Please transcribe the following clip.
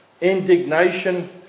indignation